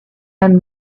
and